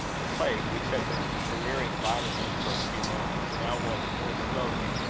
the plate, which had been careering violently for a few moments, now went more slowly,